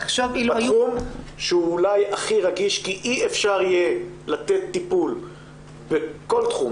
זה תחום שהוא אולי הכי רגיש כי אי-אפשר יהיה לתת טיפול בכל תחום,